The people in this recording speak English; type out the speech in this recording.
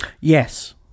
Yes